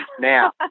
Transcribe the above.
Now